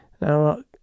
now